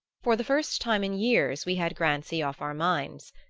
for the first time in years we had grancy off our minds.